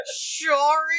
sure